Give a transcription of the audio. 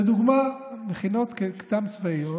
לדוגמה, מכינות קדם-צבאיות,